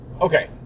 okay